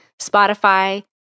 Spotify